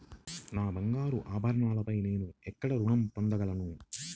నా బంగారు ఆభరణాలపై నేను ఎక్కడ రుణం పొందగలను?